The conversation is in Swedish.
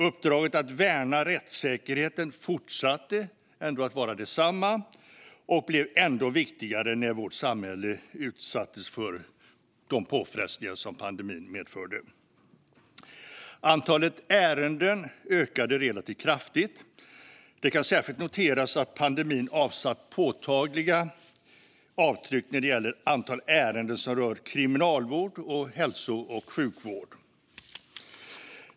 Uppdraget att värna rättssäkerheten fortsatte ändå att vara detsamma och blev ännu viktigare när vårt samhälle utsattes för de påfrestningar som pandemin medförde. Antalet ärenden ökade relativt kraftigt. Det kan särskilt noteras att pandemin avsatt påtagliga avtryck när det gäller antal ärenden som rör kriminalvård och hälso och sjukvård.